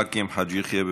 עבד אל חכים חאג' יחיא,